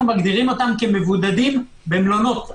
אנו מגדירים אותם כמבודדים במלונות החלמה,